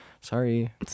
sorry